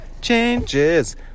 Changes